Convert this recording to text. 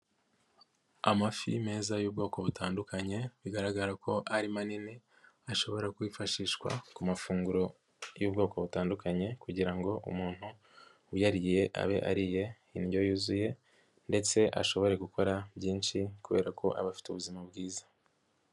Amafi meza y'ubwoko butandukanye bigaragara ko ari manini, ashobora kwifashishwa ku mafunguro y'ubwoko butandukanye kugira ngo umuntu uyariye abe ariye indyo yuzuye ndetse ashobore gukora byinshi kubera ko aba afite ubuzima bwiza.